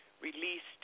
released